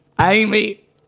Amy